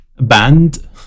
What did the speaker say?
band